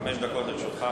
חמש דקות לרשותך.